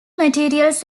materials